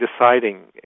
deciding